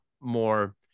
more